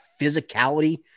physicality